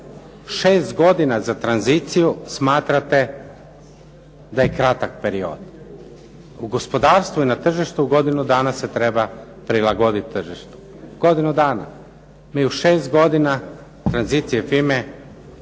6 godina za tranziciju smatrate da je kratak period. U gospodarstvu je na tržištu godinu dana se treba prilagoditi tržištu. Godinu dana. Mi u 6 godina tranzicije FINA-e